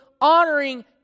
honoring